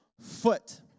foot